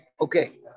Okay